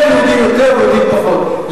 יש יהודים יותר ויהודים פחות.